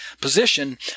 position